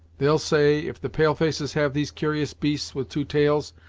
they'll say, if the pale-faces have these cur'ous beasts with two tails,